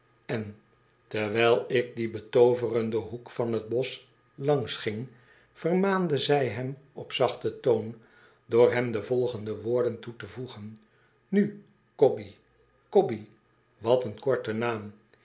en terwijl ik dien betooverden hoek van t bosch langs ging vermaandezij hem op zachten toon door hem de volgende woorden toe te voegen nu cobby cobbyl wat een korte naam